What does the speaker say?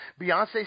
Beyonce